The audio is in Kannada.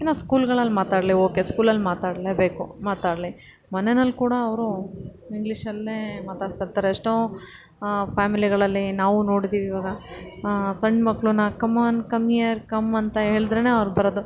ಏನೊ ಸ್ಕೂಲ್ಗಳಲ್ಲಿ ಮಾತಾಡಲಿ ಓಕೆ ಸ್ಕೂಲಲ್ಲಿ ಮಾತಾಡಲೇಬೇಕು ಮಾತಾಡಲಿ ಮನೆಯಲ್ಲಿ ಕೂಡ ಅವರು ಇಂಗ್ಲಿಷಲ್ಲೆ ಮಾತಾಡಿಸಿರ್ತಾರೆ ಎಷ್ಟೋ ಫ್ಯಾಮಿಲಿಗಳಲ್ಲಿ ನಾವು ನೋಡಿದ್ದೀವಿ ಇವಾಗ ಸಣ್ಣ ಮಕ್ಕಳನ್ನ come on come here come ಅಂತ ಹೇಳಿದ್ರೇನೆ ಅವ್ರು ಬರೋದು